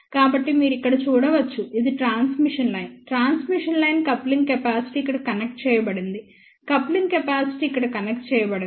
కాబట్టి మీరు ఇక్కడ చూడవచ్చు ఇది transmission line transmission line coupling capacitor ఇక్కడ కనెక్ట్ చేయబడింది కప్లింగ్ కెపాసిటర్ ఇక్కడ కనెక్ట్ చేయబడింది